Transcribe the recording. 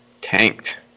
tanked